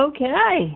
Okay